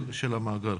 של המאגר.